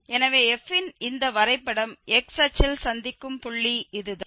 எனவே f இன் இந்த வரைபடம் x அச்சில் சந்திக்கும் புள்ளி இதுதான்